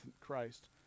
Christ